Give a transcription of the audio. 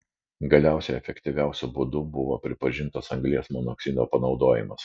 galiausiai efektyviausiu būdu buvo pripažintas anglies monoksido panaudojimas